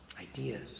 ideas